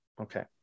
Okay